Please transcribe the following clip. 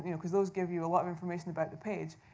you know because those give you a lot of information about the page.